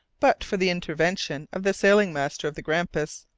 but for the intervention of the sailing-master of the grampus.